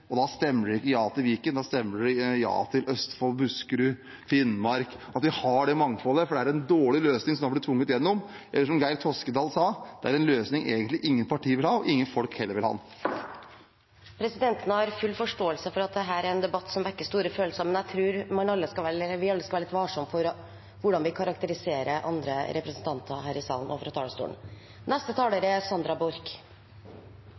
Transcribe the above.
og da stemmer dere ikke ja til Viken, da stemmer dere ja til Østfold, Buskerud, Finnmark, at vi har det mangfoldet, for det er en dårlig løsning som nå er blitt tvunget igjennom. Eller som Geir Toskedal sa: Det er en løsning ingen partier egentlig vil ha – og ingen folk vil ha den heller. Presidenten har full forståelse for at dette er en debatt som vekker store følelser, men jeg tror vi alle skal være litt varsomme med hvordan vi karakteriserer andre representanter her i salen fra talerstolen.